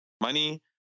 money